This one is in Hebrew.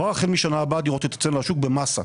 כבר החל משנה הבאה הדירות תצאנה לשוק במסה.